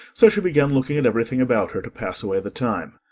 so she began looking at everything about her, to pass away the time.